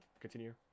continue